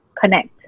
connect